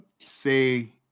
say